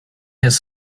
his